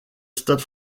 stade